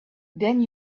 then